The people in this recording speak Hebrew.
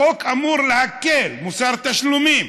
החוק אמור להקל מוסר תשלומים